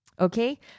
okay